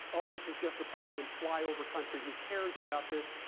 oh this is just a problem in flyover country. who cares about this?